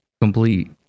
Complete